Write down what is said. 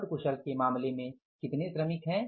अर्ध कुशल के मामले में कितने श्रमिक हैं